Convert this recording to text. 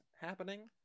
happening